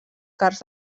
cars